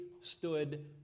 stood